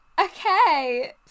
Okay